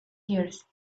years